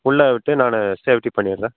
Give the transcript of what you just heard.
உள்ளே விட்டு நான் சேஃப்டி பண்ணிடுறேன்